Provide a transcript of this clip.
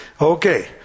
Okay